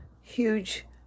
huge